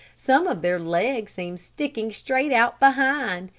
some of their legs seemed sticking straight out behind.